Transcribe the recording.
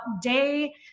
day